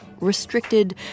restricted